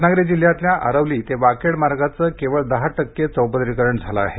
रत्नागिरी जिल्ह्यातल्या आरवली ते वाकेड मार्गाचं केवळ दहा टक्के चौपदरीकरण झालं आहे